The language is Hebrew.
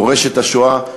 מורשת השואה.